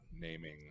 naming